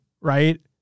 right